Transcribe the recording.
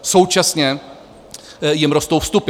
Současně jim rostou vstupy.